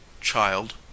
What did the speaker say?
CHILD